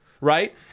right